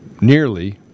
nearly